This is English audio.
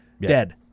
Dead